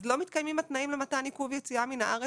אז לא מתקיימים התנאים למתן עיכוב יציאה מן הארץ